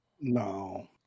No